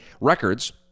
records